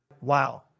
Wow